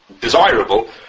desirable